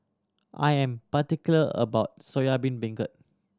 I am particular about soya beancurd